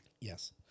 Yes